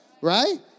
Right